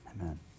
Amen